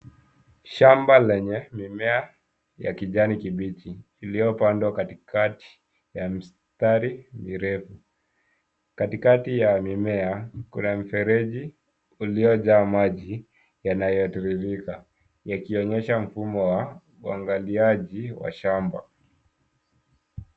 Shamba lenye mimea ya kijani kibichi iliyopandwa katikati ya mistari mirefu. Kati kati ya mimea kuna mfereji uliyojaa maji yanayotiririka yakionyesha mfumo wa uangaliaji wa shamba.